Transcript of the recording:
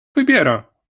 wybiera